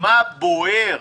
מה בוער?